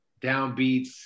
downbeats